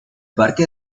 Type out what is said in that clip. parque